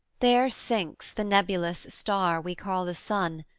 there sinks the nebulous star we call the sun,